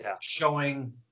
showing